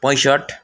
पैँसट्ठी